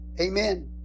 Amen